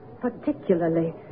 particularly